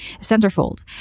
centerfold